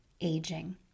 aging